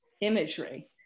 imagery